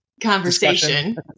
conversation